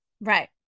Right